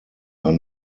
are